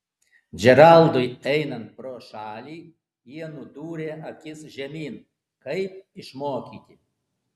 džeraldui einant pro šalį jie nudūrė akis žemyn kaip išmokyti